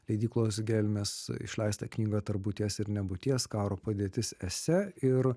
leidyklos gelmės išleistą knygą tarp būties ir nebūties karo padėtis esė ir